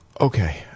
Okay